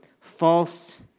false